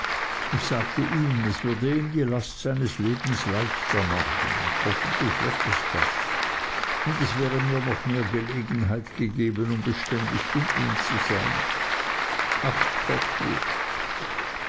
ich sagte ihm es würde ihm die last seines lebens leichter machen hoffentlich wird es das und es wäre mir noch mehr gelegenheit gegeben beständig um ihn zu sein ach